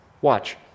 Watch